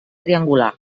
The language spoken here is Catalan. triangular